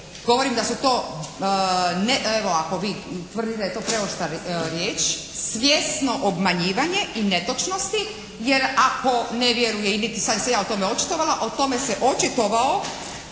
govorim da su to, evo ako vi tvrdite da je to preoštra riječ svjesno obmanjivanje i netočnosti. Jer ako ne vjeruje i niti sam se ja o tome očitovala o tome se očitovalo